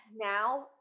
now